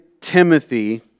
Timothy